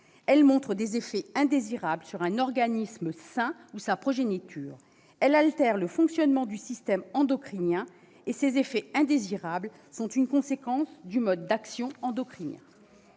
elle montre des effets indésirables sur un organisme sain ou sa progéniture ; elle altère le fonctionnement du système endocrinien ; enfin, ses effets indésirables sont une conséquence du mode d'action endocrinien.